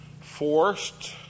forced